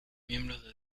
miembros